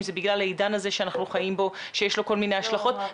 זה בגלל העידן הזה שאנחנו חיים בו שיש לו כל מיני השלכות,